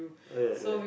ya ya